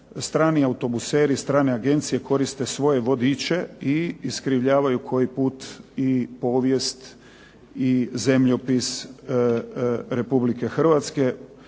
strani autobuseri, strane agencije koriste svoje vodiče i iskrivljavaju koji put i povijest i zemljopis Republike Hrvatske